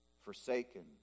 forsaken